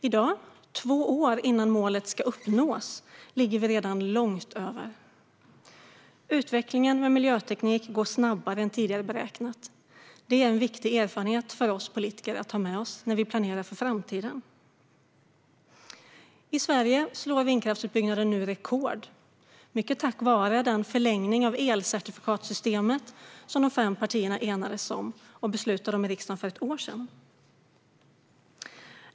I dag, två år innan målet ska uppnås, ligger vi redan långt över. Utvecklingen med miljöteknik går snabbare än tidigare beräknat. Det är en viktig erfarenhet för oss politiker att ta med oss när vi planerar för framtiden. I Sverige sätter vindkraftsutbyggnaden rekord, mycket tack vare den förlängning av elcertifikatssystemet som de fem partierna enades om och beslutade om i riksdagen för ett år sedan.